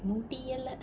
முடியல:mudiyala